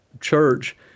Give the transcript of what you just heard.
church